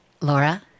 Laura